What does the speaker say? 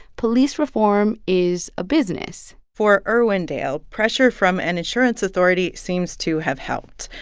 police reform is a business for irwindale, pressure from an insurance authority seems to have helped.